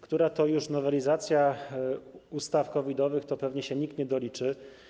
Która to już jest nowelizacja ustaw COVID-owych, to pewnie się nikt nie doliczy.